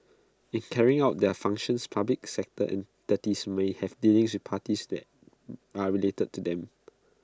in carrying out their functions public sector entities may have dealings with parties that are related to them